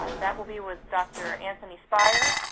that will be with dr. anthony speier